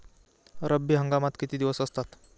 रब्बी हंगामात किती दिवस असतात?